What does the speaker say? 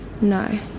no